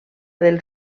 del